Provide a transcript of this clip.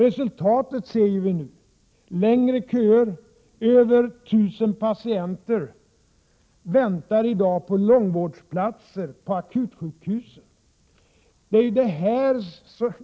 Resultatet ser vi nu: längre köer, över 1 000 patienter väntar i dag på akutsjukhusen på långvårdsplatser.